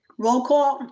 roll call.